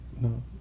No